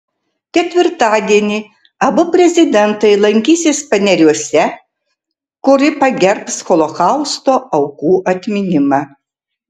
ketvirtadienį abu prezidentai lankysis paneriuose kuri pagerbs holokausto aukų atminimą